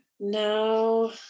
No